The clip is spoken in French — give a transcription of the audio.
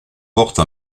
porte